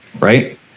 right